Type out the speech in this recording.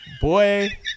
boy